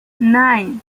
nine